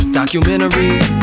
documentaries